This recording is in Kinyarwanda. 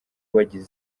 wagize